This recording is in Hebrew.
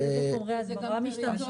באיזה חומרי הדברה משתמשים.